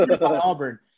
auburn